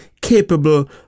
capable